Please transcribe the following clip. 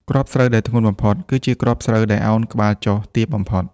គ្រាប់ស្រូវដែលធ្ងន់បំផុត គឺជាគ្រាប់ស្រូវដែលឱនក្បាលចុះទាបបំផុត។